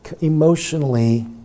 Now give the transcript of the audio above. emotionally